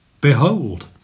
behold